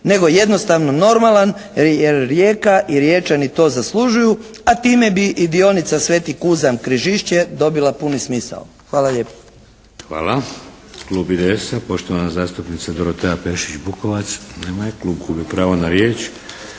nego jednostavno normalan jer Rijeka i Riječani to zaslužuju. A time bi i dionica Sveti Kuzam - Križišće dobila puni smisao. Hvala lijepo. **Šeks, Vladimir (HDZ)** Hvala. Klub IDS-a, poštovana zastupnica Dorotea Pešić Bukovac. Nema je. Gubi pravo na riječ.